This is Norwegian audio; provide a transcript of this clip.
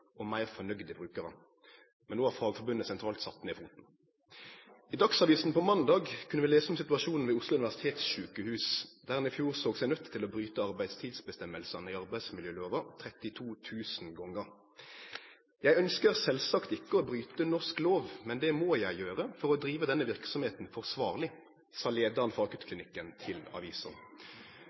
og meir fornøgde brukarar. No har Fagforbundet sentralt sett ned foten. I Dagsavisen måndag kunne vi lese om situasjonen ved Oslo universitetssykehus, der ein i fjor såg seg nøydd til å bryte bestemmingane om arbeidstid i arbeidsmiljølova 32 000 gonger. «Jeg ønsker selvsagt ikke å bryte norsk lov, men det må jeg gjøre for å drive denne virksomheten forsvarlig.» Dette sa leiaren for akuttklinikken til avisa.